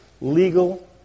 legal